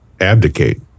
abdicate